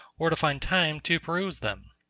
or to find time to peruse them?